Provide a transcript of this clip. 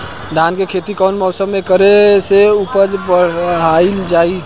धान के खेती कौन मौसम में करे से उपज बढ़ाईल जाई?